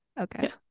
okay